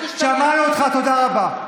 תרצו, שמענו אותך, תודה רבה.